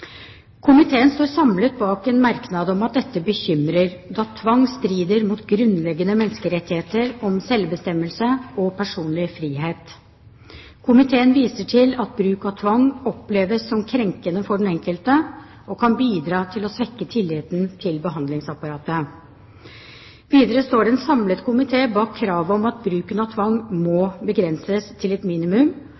Komiteen står samlet bak en merknad om at dette bekymrer, da tvang strider mot grunnleggende menneskerettigheter om selvbestemmelse og personlig frihet. Komiteen viser til at bruk av tvang oppleves som krenkende for den enkelte og kan bidra til å svekke tilliten til behandlingsapparatet. Videre står det en samlet komité bak kravet om at bruken av tvang må